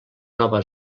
nova